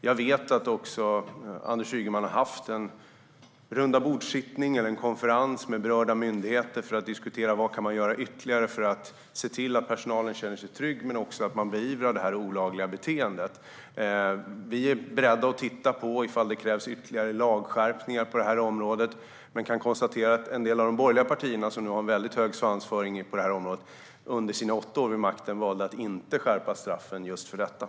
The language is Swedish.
Jag vet att Anders Ygeman har haft en rundabordssittning eller konferens med berörda myndigheter för att diskutera vad man kan göra ytterligare för att se till att personalen ska känna sig trygg men också för att beivra det olagliga beteendet. Vi är beredda att titta på ifall det krävs ytterligare lagskärpningar på området. Men vi kan konstatera att en del av de borgerliga partierna, som nu har väldigt hög svansföring på området, valde att inte skärpa straffen för just detta under sina åtta år vid makten.